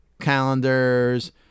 calendars